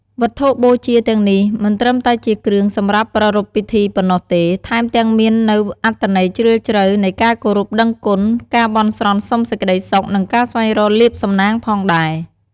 វត្ថុបូជាទាំងនេះមិនត្រឹមតែជាគ្រឿងសម្រាប់ប្រារព្ធពិធីប៉ុណ្ណោះទេ ថែមទាំងមាននូវអត្ថន័យជ្រាលជ្រៅនៃការគោរពដឹងគុណ ការបន់ស្រន់សុំសេចក្តីសុខ និងការស្វែងរកលាភសំណាងផងដែរ។